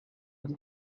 miss